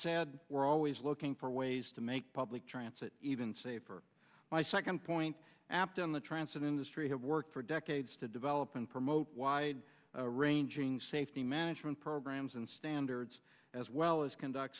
sad we're always looking for ways to make public transit even safer my second point apt in the transit industry have worked for decades to develop and promote wide ranging safety management programs and standards as well as conduct